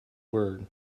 word